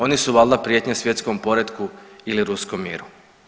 Oni su valjda prijetnja svjetskom poretku ili ruskom miru.